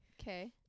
Okay